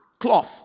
cloth